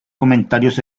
comentarios